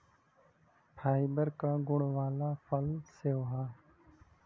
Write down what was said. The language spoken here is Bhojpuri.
फाइबर क गुण वाला फल सेव हौ